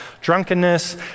drunkenness